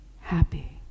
happy